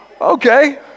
Okay